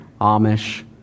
Amish